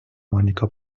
مانیکا